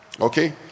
Okay